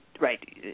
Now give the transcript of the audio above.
Right